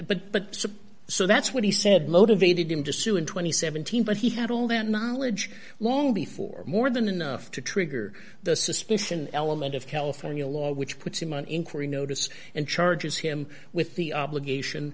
but but so that's what he said motivated him to sue in two thousand and seventeen but he had all that knowledge long before more than enough to trigger the suspicion element of california law which puts him on inquiry notice and charges him with the obligation